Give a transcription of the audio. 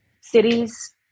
cities